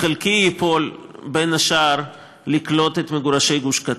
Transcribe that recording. בחלקי ייפול, בין השאר, לקלוט את מגורשי גוש-קטיף.